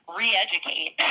re-educate